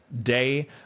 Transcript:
day